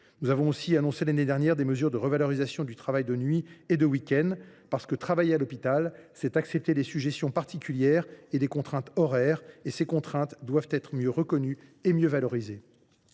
Nous avons aussi annoncé l’année dernière des mesures de revalorisation du travail de nuit et de week end. En effet, travailler à l’hôpital, c’est accepter des sujétions particulières et des contraintes horaires qui doivent être mieux reconnues et valorisées.